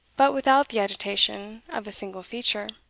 but without the agitation of a single feature.